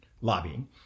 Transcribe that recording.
lobbying